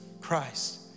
Christ